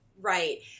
Right